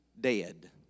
dead